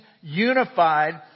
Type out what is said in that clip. unified